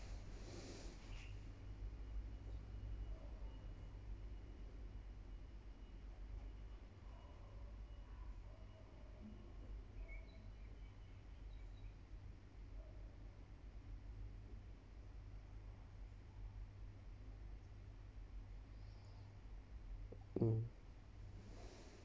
mm